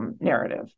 narrative